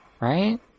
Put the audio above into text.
Right